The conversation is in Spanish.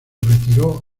retiró